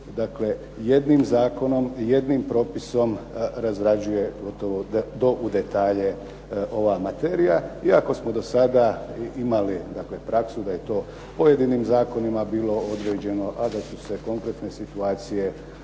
dakle jednim zakonom, jednim propisom razrađuje gotovo do u detalje ova materija, iako smo do sada imali dakle praksu da je to pojedinim zakonima bilo određeno, a da su se kompletne situacije